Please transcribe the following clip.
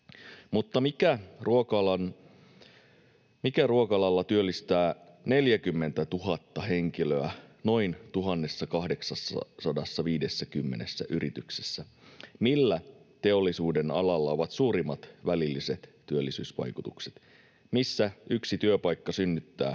Mutta mikä ruoka-alalla työllistää 40 000 henkilöä noin 1 850 yrityksessä? Millä teollisuudenalalla ovat suurimmat välilliset työllisyysvaikutukset? Missä yksi työpaikka synnyttää